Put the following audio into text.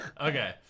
Okay